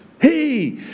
Hey